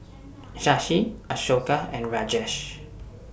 Shashi Ashoka and Rajesh